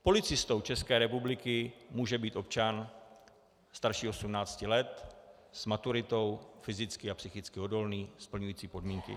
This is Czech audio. Policistou České republiky může být občan starší 18 let s maturitou, fyzicky a psychicky odolný, splňující podmínky.